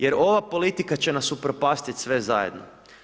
Jer ova politika će nas upropastiti sve zajedno.